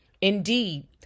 Indeed